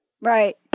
Right